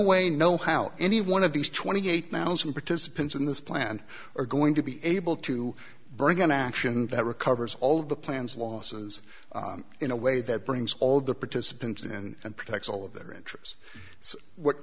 way no how any one of these twenty eight thousand participants in this plan are going to be able to bring an action that recovers all of the plans losses in a way that brings all the participants and protects